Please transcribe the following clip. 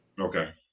okay